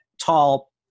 tall